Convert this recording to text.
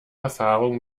erfahrung